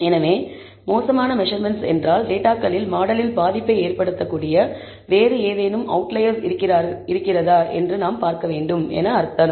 எனவே மோசமான மெசர்மென்ட்ஸ் என்றால் டேட்டாகளில் மாடலில் பாதிப்பை ஏற்படுத்தக்கூடிய வேறு ஏதேனும் அவுட்லயர்ஸ் இருக்கிறதா என்று நாம் பார்க்க வேண்டும் என அர்த்தம்